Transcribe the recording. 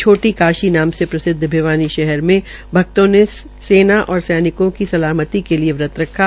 छोटी काशी नाम से प्रसिदव भिवानी शहर में भक्तों ने सेना और सैनिकों की सलामती के लिये व्रत रखा